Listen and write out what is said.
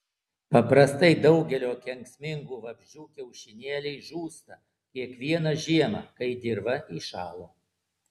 paprastai daugelio kenksmingų vabzdžių kiaušinėliai žūsta kiekvieną žiemą kai dirva įšąla